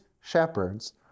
shepherds